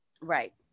Right